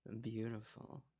beautiful